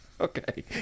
Okay